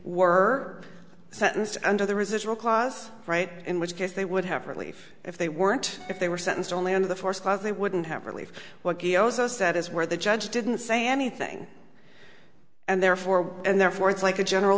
were sentenced under the residual clause right in which case they would have relief if they weren't if they were sentenced only under the forced clause they wouldn't have relief what he owes us that is where the judge didn't say anything and therefore and therefore it's like a general